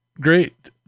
great